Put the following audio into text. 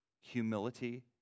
Humility